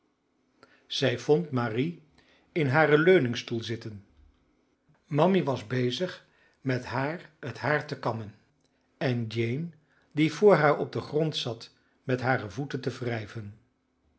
zij vond marie in haren leuningstoel zitten mammy was bezig met haar het haar te kammen en jane die vr haar op den grond zat met hare voeten te wrijven